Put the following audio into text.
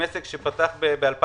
עסק שפתח ב-2020,